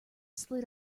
slid